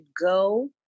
go